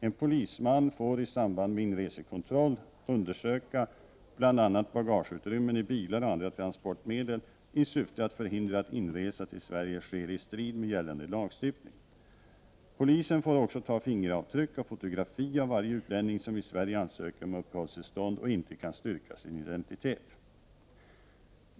En polisman får i samband med inresekontroll undersöka bl.a. bagageutrymmen i bilar och andra transportmedel i syfte att förhindra att inresa till Sverige sker i strid med gällande lagstiftning. Polisen får också ta fingeravtryck och fotografi av varje utlänning som i Sverige ansöker om uppehållstillstånd och inte kan styrka sin identitet.